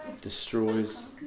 destroys